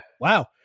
Wow